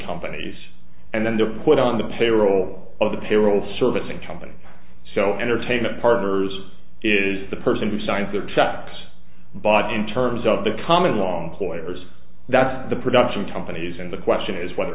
companies and then they're put on the payroll of the payroll servicing company so entertainment partners is the person who signs their checks but in terms of the common long players that's the production companies and the question is whether